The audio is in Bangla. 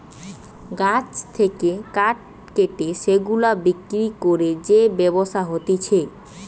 গাছ থেকে কাঠ কেটে সেগুলা বিক্রি করে যে ব্যবসা হতিছে